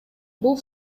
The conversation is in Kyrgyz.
бул